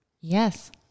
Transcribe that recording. Yes